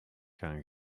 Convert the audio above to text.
gaan